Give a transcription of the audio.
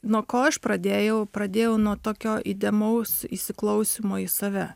nuo ko aš pradėjau pradėjau nuo tokio įdėmaus įsiklausymo į save